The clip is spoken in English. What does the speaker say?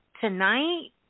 Tonight